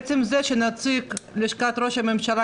עצם זה שנציג לשכת ראש הממשלה,